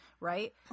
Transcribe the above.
Right